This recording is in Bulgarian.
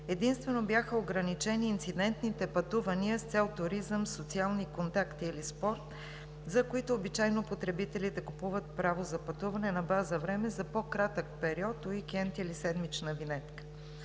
единствено инцидентните пътувания с цел туризъм, социални контакти или спорт, за които потребителите обичайно купуват право за пътуване на база време за по-кратък период – уикенд или седмична винетка.